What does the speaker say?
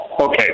okay